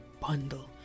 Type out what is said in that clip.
bundle